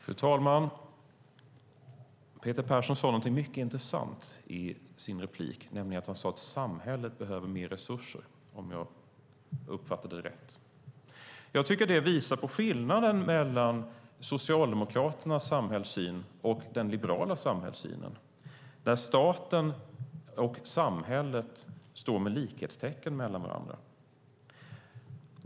Fru talman! Peter Persson sade något mycket intressant i sin replik, nämligen att samhället behöver mer resurser. Det visar på skillnaden mellan Socialdemokraternas samhällssyn och den liberala samhällssynen. Staten och samhället står med likhetstecken mellan varandra.